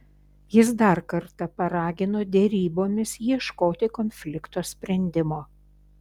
jis dar kartą paragino derybomis ieškoti konflikto sprendimo